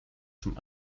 zum